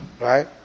right